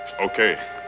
Okay